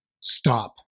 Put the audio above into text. stop